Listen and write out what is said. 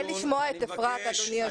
כדאי לשמוע את אפרת, אדוני היושב ראש.